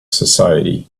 society